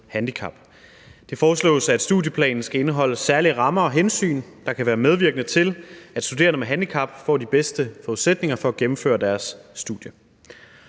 Det foreslås, at studieplanen skal indeholde særlige rammer og hensyn, der kan være medvirkende til, at studerende med handicap får de bedste forudsætninger for at gennemføre deres studie.